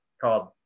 called